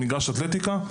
ומגרש אתלטיקה.